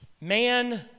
Man